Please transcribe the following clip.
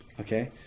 Okay